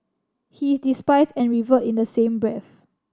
he is despised and revered in the same breath